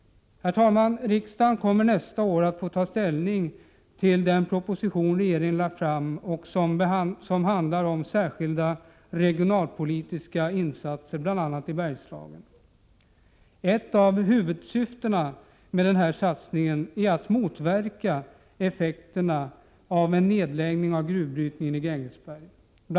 Herr talman! Riksdagen kommer nästa år att få ta ställning till den proposition som regeringen har lagt fram och som handlar om särskilda regionalpolitiska insatser i bl.a. Bergslagen. Ett av huvudsyftena med denna satsning är att motverka effekterna av en nedläggning av gruvbrytningen i Grängesberg. Bl.